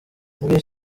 muri